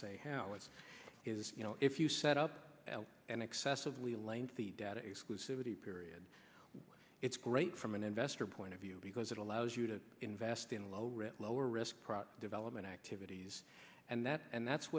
say how it is you know if you set up an excessively lengthy data exclusivity period it's great from an investor point of view because it allows you to invest in low risk low risk development activities and that and that's